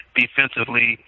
defensively